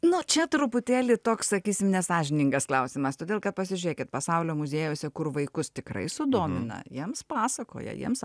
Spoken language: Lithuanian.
na čia truputėlį toks sakysim nesąžiningas klausimas todėl kad pasižiūrėkit pasaulio muziejuose kur vaikus tikrai sudomina jiems pasakoja jiems